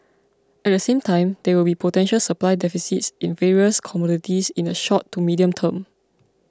at the same time there will be potential supply deficits in various commodities in the short to medium term